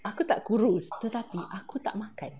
aku tak kurus tetapi aku tak makan